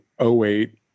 08